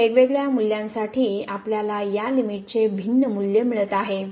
च्या वेगवेगळ्या मूल्यांसाठी आपल्याला या लिमिट चे भिन्न मूल्य मिळत आहे